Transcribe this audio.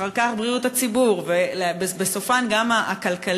אחר כך בריאות הציבור ובסופן גם הכלכלית,